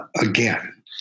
Again